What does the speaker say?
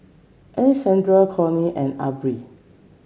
Alexandria Corinne and Aubrey